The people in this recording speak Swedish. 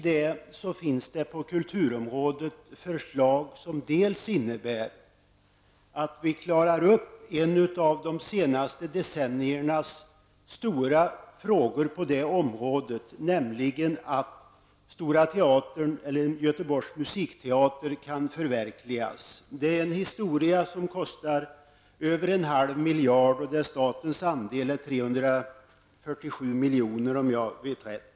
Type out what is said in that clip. Där finns på kulturområdet förslag som innebär att vi kan klara upp en av de senaste decenniernas stora frågor på området, nämligen att Göteborgs musikteater kan förverkligas. Det är en historia på över en halv miljard kronor och där statens andel är 347 milj.kr. -- om jag har rätt.